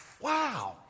wow